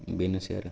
बेनोसै आरो